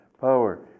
power